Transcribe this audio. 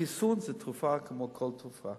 החיסון זה תרופה כמו כל תרופה,